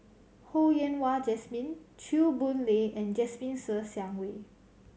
Ho Yen Wah Jesmine Chew Boon Lay and Jasmine Ser Xiang Wei